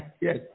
Yes